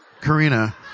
Karina